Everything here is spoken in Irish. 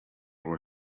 bhur